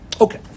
Okay